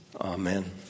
amen